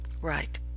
right